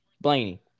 Blaney